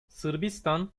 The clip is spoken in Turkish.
sırbistan